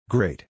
Great